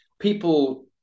people